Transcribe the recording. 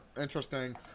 interesting